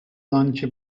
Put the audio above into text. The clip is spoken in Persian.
آنچه